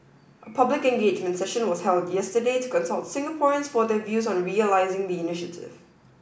a public engagement session was held yesterday to consult Singaporeans for their views on realising the initiative